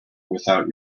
without